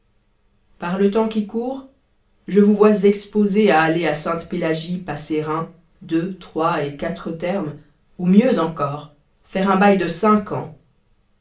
par le temps qui court je vous vois exposé à aller à sainte-pélagie passer un deux trois et quatre termes ou mieux encore faire un bail de cinq ans